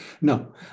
no